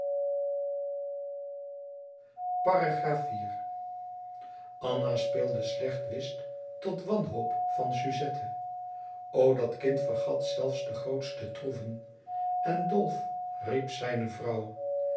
anna speelde slecht whist tot wanhoop van suzette o dat kind vergat zelfs de grootste troeven en dolf riep zijne vrouw